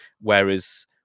Whereas